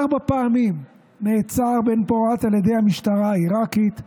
ארבע פעמים נעצר בן-פורת על ידי המשטרה העיראקית,